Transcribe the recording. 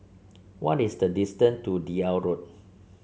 what is the distant to Deal Road